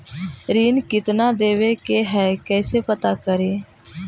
ऋण कितना देवे के है कैसे पता करी?